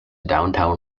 downtown